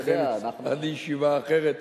עד ישיבה אחרת,